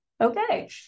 Okay